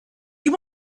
you